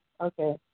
Okay